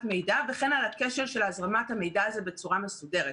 מידע וכן על הכשל של הזרמת המידע הזה בצורה מסודרת.